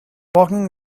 walking